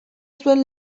zuen